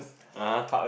uh [huh]